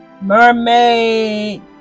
mermaid